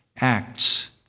Acts